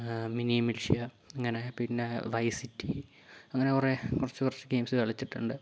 mini Militia അങ്ങനെ പിന്നെ Vice City അങ്ങനെ കുറെ കുറച്ച് കുറച്ച് ഗെയിംസ് കളിച്ചിട്ടുണ്ട്